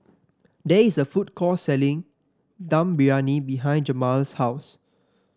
there is a food court selling Dum Briyani behind Jamaal's house